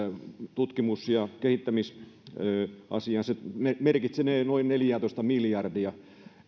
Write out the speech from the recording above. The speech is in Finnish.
tutkimus ja kehittämisasiaan se merkinnee noin neljäätoista miljardia